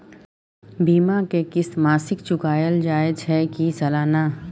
बीमा के किस्त मासिक चुकायल जाए छै की सालाना?